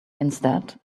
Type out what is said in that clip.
instead